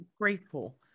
grateful